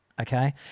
Okay